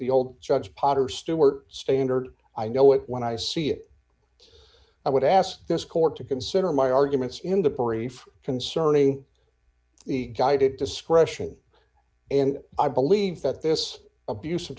the old judge potter stewart standard i know it when i see it i would ask this court to consider my arguments in the brief concerning the guided discretion and i believe that this abus